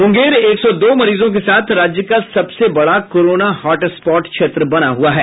मुंगेर एक सौ दो मरीजों के साथ राज्य का सबसे बड़ा कोरोना हॉटस्पॉट क्षेत्र बना हुआ है